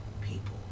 people